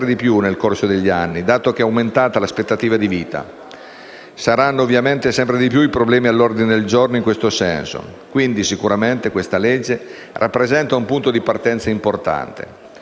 più nel corso degli anni, dato che è aumentata l'aspettativa di vita. Saranno ovviamente sempre di più i problemi all'ordine del giorno. Il testo in esame rappresenta quindi certamente un punto di partenza importante.